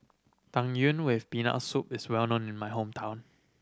Tang Yuen with Peanut Soup is well known in my hometown